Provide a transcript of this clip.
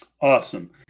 Awesome